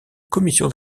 commission